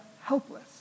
helpless